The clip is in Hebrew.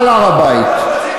על הר-הבית.